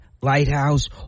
Lighthouse